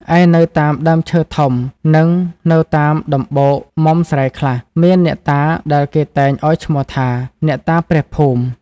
ឯនៅតាមដើមឈើធំ និងនៅតាមដំបូកមុមស្រែខ្លះ មានអ្នកតាដែលគេតែងឱ្យឈ្មោះថា អ្នកតាព្រះភូមិ។